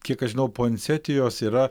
kiek aš žinau puansetijos yra